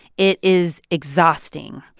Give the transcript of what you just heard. it is exhausting.